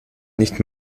nicht